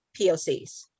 POCs